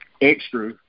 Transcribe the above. extra